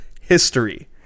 history